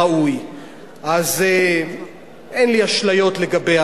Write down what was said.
נא להצביע.